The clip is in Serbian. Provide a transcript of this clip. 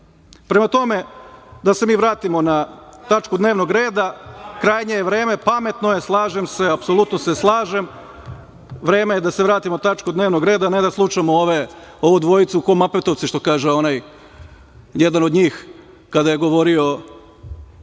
tome, da se mi vratimo na tačku dnevnog reda, krajnje je vreme, pametno je slažem se. Vreme je da se vratimo tački dnevnog reda, ne da slušamo ovu dvojicu kao Mapetovci što kaže onaj, jedan od njih, kada je govorio